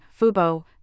Fubo